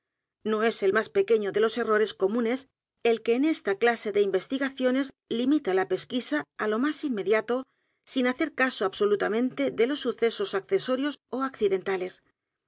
no e s el más pequeño de los errores comunes el que en esta el misterio de maría rogét clase de investigaciones limita la pesquisa á lo más inmediato sin hacer caso absolutamente de los sucesos accesorios ó accidentales